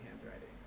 handwriting